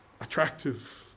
attractive